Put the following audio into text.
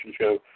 Show